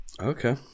Okay